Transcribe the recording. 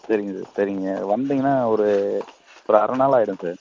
சரிங்க சார் சரிங்க வந்தீங்கனால் ஒரு ஒரு அரை நாள் ஆகிடும் சார்